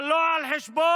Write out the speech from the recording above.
אבל לא על חשבון